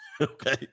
okay